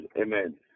Amen